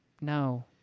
no